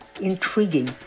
intriguing